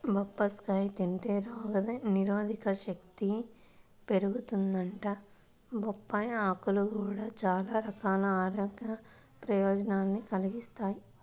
బొప్పాస్కాయ తింటే రోగనిరోధకశక్తి పెరిగిద్దంట, బొప్పాయ్ ఆకులు గూడా చానా రకాల ఆరోగ్య ప్రయోజనాల్ని కలిగిత్తయ్